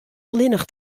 allinnich